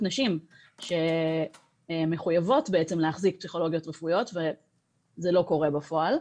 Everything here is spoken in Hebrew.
נשים שמחויבות בעצם להחזיק פסיכולוגיות רפואיות וזה לא קורה בפועל.